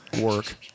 work